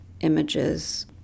images